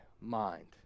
mind